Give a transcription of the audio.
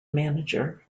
manager